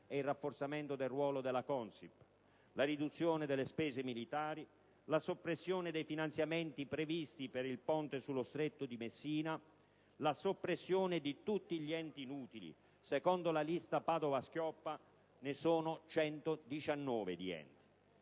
e il rafforzamento del ruolo della CONSIP; la riduzione delle spese militari; la soppressione dei finanziamenti previsti per il ponte sullo Stretto di Messina; la soppressione di tutti gli enti inutili (secondo la lista di Padoa-Schioppa ce ne sono 119).